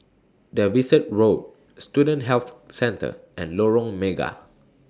Davidson Road Student Health Centre and Lorong Mega